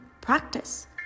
practice